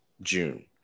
June